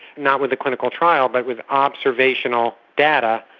not with the clinical trial but with observational data,